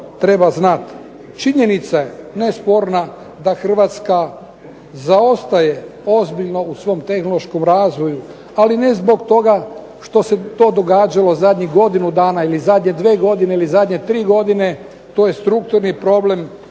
treba znati. Činjenica je nesporna da Hrvatska zaostaje ozbiljno u svom tehnološkom razvoju, ali ne zbog toga što se to događalo zadnjih godinu dana ili zadnje 2 godine ili zadnje 3 godine. To je strukturni problem